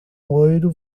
loiro